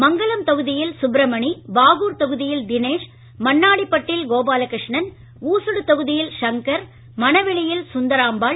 மங்கலம் தொகுதியில் சுப்பிரமணி பாகூர் தொகுதியில் தினேஷ் மண்ணாடிப்பட்டில் கோபாலகிருஷ்ணன் ஊசுடு தொகுதியில் சங்கர் மணவெளியில் சுந்தராம்பாள்